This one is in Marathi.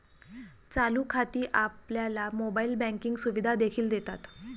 चालू खाती आपल्याला मोबाइल बँकिंग सुविधा देखील देतात